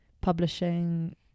publishing